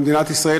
במדינת ישראל,